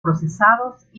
procesados